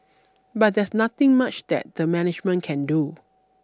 but there is nothing much that the management can do